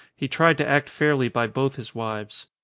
he tried to act fairly by both his wives.